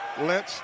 Lynch